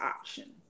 option